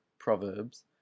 proverbs